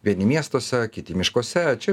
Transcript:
vieni miestuose kiti miškuose čia